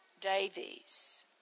Davies